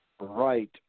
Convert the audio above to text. right